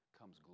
comes